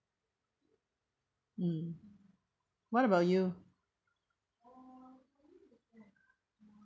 mm what about you